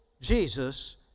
Jesus